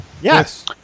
Yes